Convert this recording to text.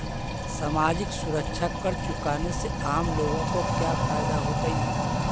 सामाजिक सुरक्षा कर चुकाने से आम लोगों को क्या फायदा होतइ